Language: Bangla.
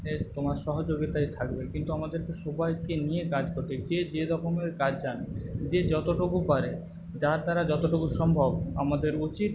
তোমার সহযোগিতায় থাকবে কিন্তু আমাদেরকে সবাইকে নিয়ে কাজ করতে হবে যে যেরকমের কাজ জানে যে যতটুকু পারে যার দ্বারা যতটুকু সম্ভব আমাদের উচিৎ